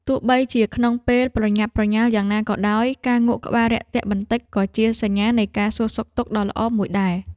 ទោះបីជាក្នុងពេលប្រញាប់ប្រញាល់យ៉ាងណាក៏ដោយ ការងក់ក្បាលរាក់ទាក់បន្តិចក៏ជាសញ្ញានៃការសួរសុខទុក្ខដ៏ល្អមួយដែរ។